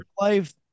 life